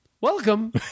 Welcome